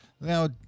Now